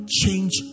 change